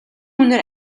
үнэр